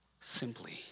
simply